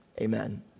Amen